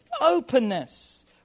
openness